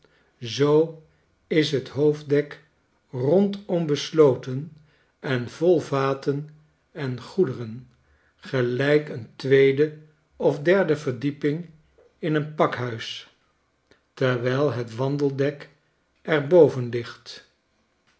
zoo is het hoofddek rondom besloten en vol vaten en goederen gelijk een tweede of derde verdieping in een pakhuis terwijl het wandeldek er boven ligt